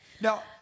Now